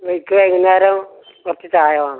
എനിക്ക് വൈകുന്നേരം കുറച്ച് ചായ വേണം